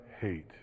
hate